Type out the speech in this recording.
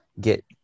get